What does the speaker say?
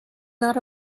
not